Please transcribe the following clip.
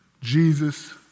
Jesus